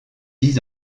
dix